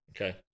Okay